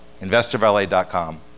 InvestorValet.com